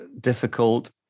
difficult